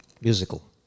musical